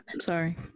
sorry